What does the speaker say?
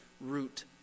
root